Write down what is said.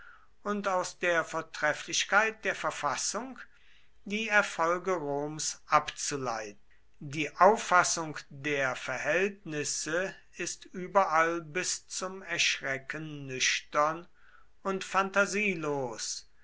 und aus der vortrefflichkeit der verfassung die erfolge roms abzuleiten die auffassung der verhältnisse ist überall bis zum erschrecken nüchtern und phantasielos